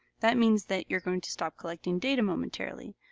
that means that you are going to stop collecting data momentarily.